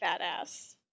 badass